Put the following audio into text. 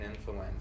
influence